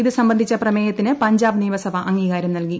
ഇത് സംബന്ധിച്ച പ്രമേയത്തിന് പഞ്ചാബ് നിയമസഭ അംഗീകാരം നൽകി